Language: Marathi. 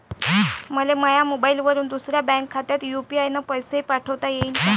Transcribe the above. मले माह्या मोबाईलवरून दुसऱ्या बँक खात्यात यू.पी.आय न पैसे पाठोता येईन काय?